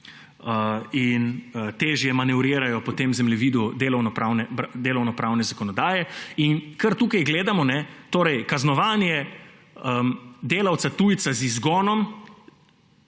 in težje manevrirajo po tem zemljevidu delovnopravne zakonodaje. In kar tu vidimo, torej kaznovanje delavca tujca z izgonom